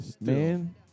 Man